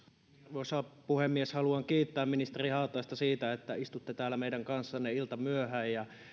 arvoisa puhemies haluan kiittää ministeri haataista siitä että istutte täällä meidän kanssamme iltamyöhään